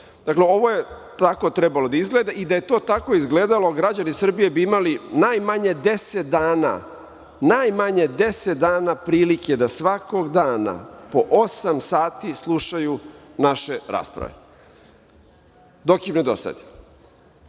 Dakle, ovo je tako trebalo da izgleda i da je to tako izgledalo građani Srbije bi imali najmanje 10 dana, najmanje 10 dana prilike da svakog dana, po osam sati, slušaju naše rasprave, dok im ne